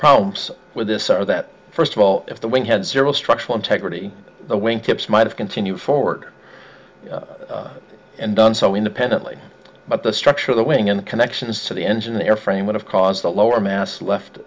problems with this are that first of all if the wing had zero structural integrity the wing tips might have continued forward and done so independently but the structure of the wing and connections to the engine airframe would have caused the lower